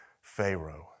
Pharaoh